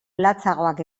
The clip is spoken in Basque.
latzagoak